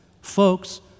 Folks